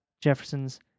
Jefferson's